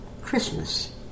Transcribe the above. Christmas